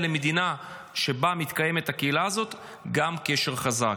למדינה שבה מתקיימת הקהילה הזאת הוא קשר חזק.